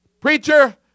Preacher